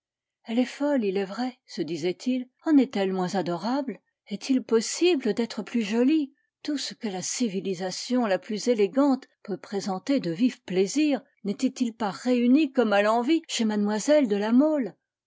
elle est folle il est vrai se disait-il en est-elle moins adorable est-il possible d'être plus jolie tout ce que la civilisation la plus élégante peut présenter de vifs plaisirs n'était-il pas réuni comme à l'envi chez mlle de la mole